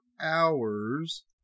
hours